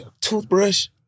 toothbrush